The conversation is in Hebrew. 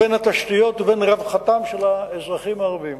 בין התשתיות ובין רווחתם של האזרחים הערבים.